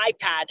iPad